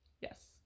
Yes